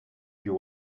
you